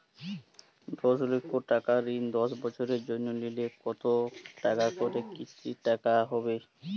দশ লক্ষ টাকার ঋণ দশ বছরের জন্য নিলে কতো টাকা করে কিস্তির টাকা হবে?